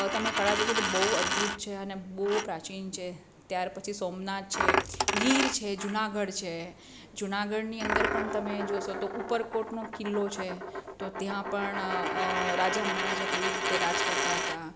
તમે કળા જોશો તો બહુ અદ્ભૂત છે અને બહુ પ્રાચીન છે ત્યાર પછી સોમનાથ છે ગીર છે જુનાગઢ છે જુનાગઢની અંદર પણ તમે જોશો તો ઉપર કોટનો કિલ્લો છે તો ત્યાં પણ રાજા મહારાજા કેવી રીતે રાજ કરતા હતા